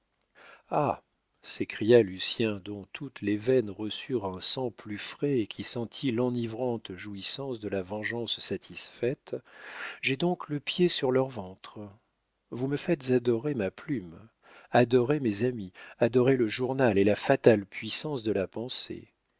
ah s'écria lucien dont toutes les veines reçurent un sang plus frais et qui sentit l'enivrante jouissance de la vengeance satisfaite j'ai donc le pied sur leur ventre vous me faites adorer ma plume adorer mes amis adorer le journal et la fatale puissance de la pensée